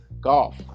Golf